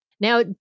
Now